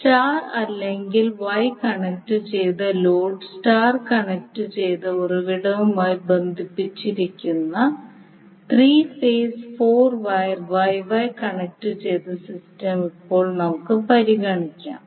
star അല്ലെങ്കിൽ Y കണക്റ്റുചെയ്ത load star connect ചെയ്ത ഉറവിടവുമായി ബന്ധിപ്പിച്ചിരിക്കുന്ന three phase four wire Y Y കണക്റ്റുചെയ്ത സിസ്റ്റം ഇപ്പോൾ നമുക്ക് പരിഗണിക്കാം